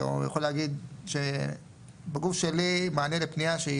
אבל אני יכול להגיד שבגוף שלי מענה לפנייה שהיא